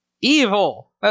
Evil